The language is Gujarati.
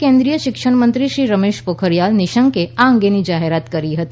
આજે કેન્દ્રીય માનવ શિક્ષણમંત્રી શ્રી રમેશ પોખરીયાલ નિશંકે આ અંગેની જાહેરાત કરી હતી